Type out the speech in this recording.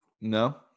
No